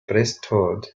priesthood